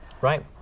Right